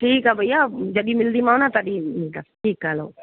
ठीकु आहे भईया जॾहिं मिलदीमांव न तॾीं इ ईंदी ठीकु आहे हलो